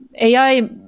AI